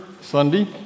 Sunday